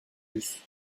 luce